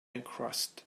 encrusted